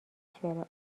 کشور